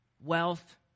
Wealth